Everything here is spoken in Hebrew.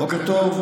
בוקר טוב,